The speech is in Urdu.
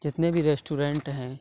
جتنے بھی ریسٹورینٹ ہیں